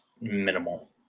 minimal